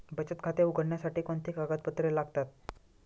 बचत खाते उघडण्यासाठी कोणती कागदपत्रे लागतात?